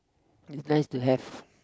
it is nice to have